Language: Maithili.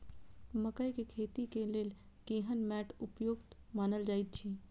मकैय के खेती के लेल केहन मैट उपयुक्त मानल जाति अछि?